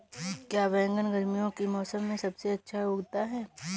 क्या बैगन गर्मियों के मौसम में सबसे अच्छा उगता है?